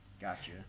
Gotcha